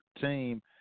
team